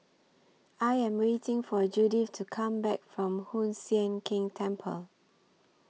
I Am waiting For Judith to Come Back from Hoon Sian Keng Temple